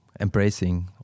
embracing